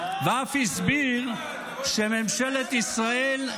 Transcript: ואף הסביר שממשלת ישראל,